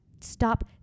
stop